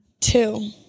two